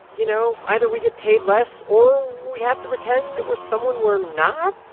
you know, either we get paid less, or we have to pretend that we're someone we're not.